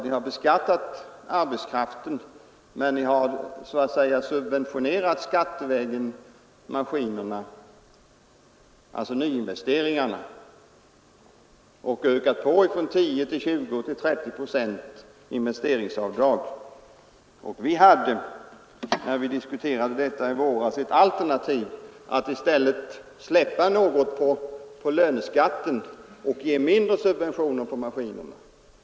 Ni har beskattat arbetskraften men skattevägen så att säga subventionerat maskinerna, dvs. nyinvesteringarna, och ökat investeringsavdraget från 10 till 20 och sedan till 30 procent. Vi hade, när vi diskuterade detta i våras, ett alternativ: att i stället släppa efter något på löneskatten och ge mindre subventioner på maskinerna.